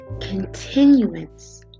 continuance